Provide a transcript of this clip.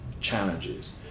challenges